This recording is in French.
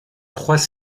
trois